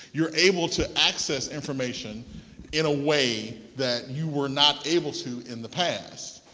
you're able to access information in a way that you were not able to in the past.